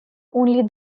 only